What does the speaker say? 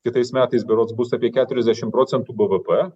kitais metais berods bus apie keturiasdešim procentų bvp